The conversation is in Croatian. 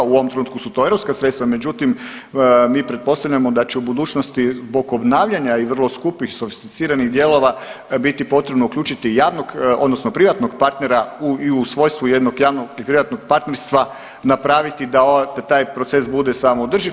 U ovom trenutku su to europska sredstva, međutim mi pretpostavljamo da će u budućnosti zbog obnavljanja i vrlo skupih sofisticiranih dijelova biti potrebno uključiti javnog odnosno privatnog partnera i u svojstvu jednog javnog i privatnog partnerstva napraviti da taj proces bude samoodrživ.